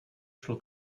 šlo